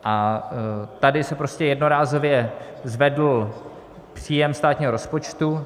A tady se prostě jednorázově zvedl příjem státního rozpočtu.